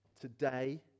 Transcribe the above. today